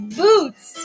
boots